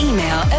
Email